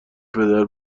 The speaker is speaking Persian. پدر